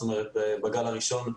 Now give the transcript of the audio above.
בגל הראשון,